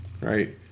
Right